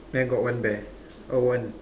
then got one bear oh one